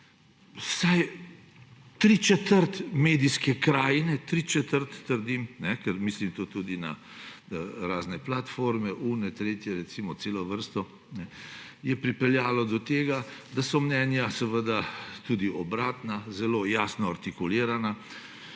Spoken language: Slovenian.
Vsaj tri četrt medijske krajine, tri četrt, trdim, ker mislim tu tudi na razne platforme, tiste, tretje, celo vrsto; je pripeljalo do tega, da so mnenja seveda tudi obratna, zelo jasno artikulirana.